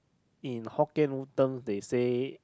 in hokkien term they say